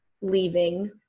leaving